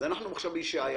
ואנחנו עכשיו בישעיהו.